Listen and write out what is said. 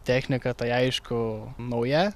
technika tai aišku nauja